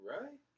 right